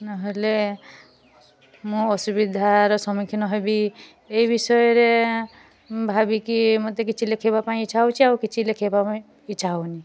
ନହେଲେ ମୁଁ ଅସୁବିଧାର ସମ୍ମୁଖୀନ ହେବି ଏଇ ବିଷୟରେ ଭାବିକି ମୋତେ କିଛି ଲେଖିବା ପାଇଁ ଇଚ୍ଛା ହେଉଛି ଆଉ କିଛି ଲେଖିବା ପାଇଁ ଇଚ୍ଛା ହେଉନି